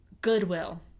goodwill